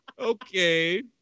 Okay